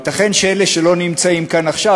ייתכן שאלה שלא נמצאים כאן עכשיו,